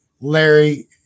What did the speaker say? Larry